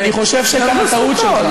אני חושב שכאן הטעות שלך.